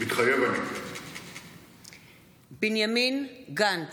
מתחייב אני בנימין גנץ,